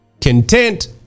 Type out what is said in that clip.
content